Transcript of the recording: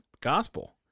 gospel